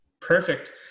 perfect